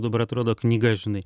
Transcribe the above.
dabar atrodo knyga žinai